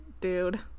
dude